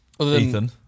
Ethan